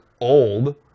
old